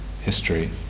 history